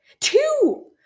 two